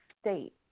state